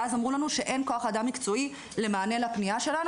ואז אמרו לנו שאין כוח אדם מקצועי למענה לפנייה שלנו.